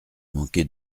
manqué